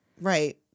Right